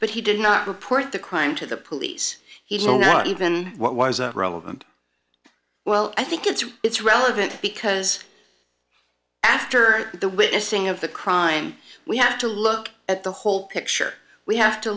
but he did not report the crime to the police he will not even what was relevant well i think it's it's relevant because after the witnessing of the crime we have to look at the whole picture we have to